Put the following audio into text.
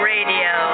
Radio